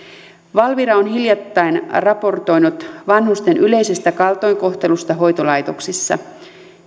valvira on hiljattain raportoinut vanhusten yleisestä kaltoinkohtelusta hoitolaitoksissa